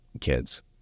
kids